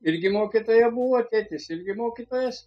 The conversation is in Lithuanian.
irgi mokytoja buvo tėtis irgi mokytojas